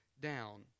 down